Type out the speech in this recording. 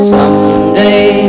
Someday